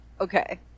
okay